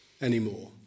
anymore